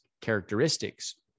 characteristics